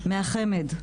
מהחמד,